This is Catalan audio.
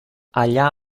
allà